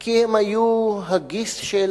כי הם היו הגיס של,